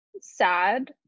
sad